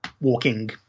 walking